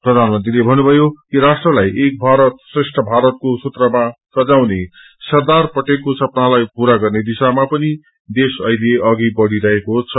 प्रधानमंत्रीले भन्नुभयो कि राष्ट्रलाई एक भारत श्रेष्ठ भारत को सूत्रमा सजाउने सरदार पटेलको सपनालाई पूरा गर्ने दिशाम पनि देश अहिले अघि बढ़िरहेको छ